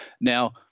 now